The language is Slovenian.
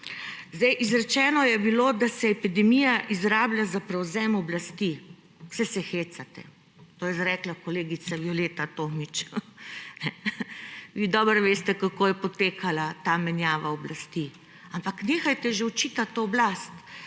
virus. Izrečeno je bilo, da se epidemija izrablja za prevzem oblasti. Saj se hecate! To je izrekla kolegica Violeta Tomić. Vi dobro veste, kako je potekala ta menjava oblasti, ampak nehajte že očitati tej oblasti,